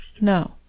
No